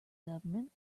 government